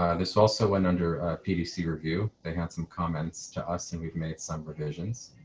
this also went under pvc review. they had some comments to us. and we've made some revisions.